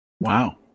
Wow